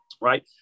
Right